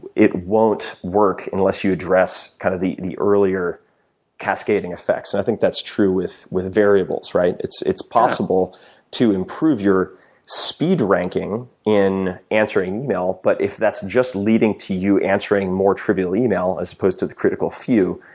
it won't work unless you address kind of kinda the earlier cascading effects. and i think that's true with with variables, right. it's it's possible to improve your speed ranking in answering email, but if that's just leading to you answering more trivial email as opposed to the critical few,